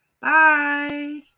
Bye